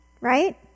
right